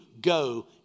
go